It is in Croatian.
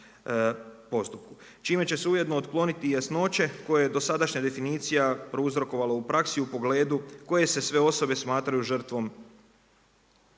postupku čime će se ujedno otkloniti i nejasnoće koje je dosadašnja definicija prouzrokovala u praksi u pogledu koje se sve osobe smatraju žrtvom